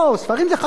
ספרים זה חשוב,